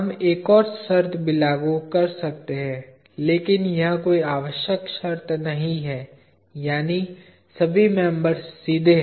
हम एक और शर्त भी लागु कर सकते हैं लेकिन यह कोई आवश्यक शर्त नहीं है यानी सभी मेंबर सीधे हैं